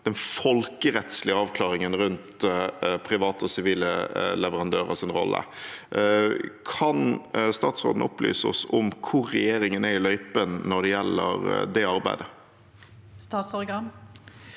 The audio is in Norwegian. den folkerettslige avklaringen rundt private og sivile leverandørers rolle. Kan statsråden opplyse oss om hvor regjeringen er i løypen når det gjelder det arbeidet? Statsråd